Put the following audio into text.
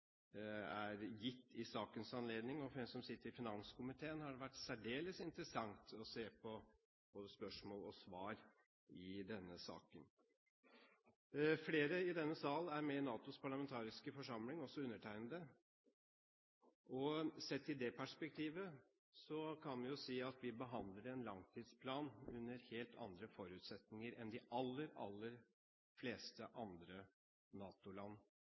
som er gitt i sakens anledning. Og for en som sitter i finanskomiteen, har det vært særdeles interessant å se på både spørsmål og svar i denne saken. Flere i denne sal er med i NATOs parlamentariske forsamling, også undertegnede. Sett i det perspektivet kan vi jo si at vi behandler en langtidsplan under helt andre forutsetninger enn de aller fleste andre